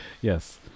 yes